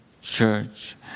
church